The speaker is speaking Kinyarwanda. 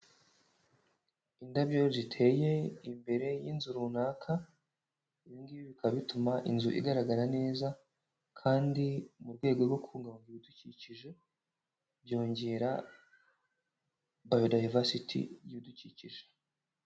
Indabyo ziteye imbere y'inzu runaka, ibi ngibi bikaba bituma inzu igaragara neza kandi mu rwego rwo kubungabunga ibidukikije byongera biodiversity y'ibidukikije.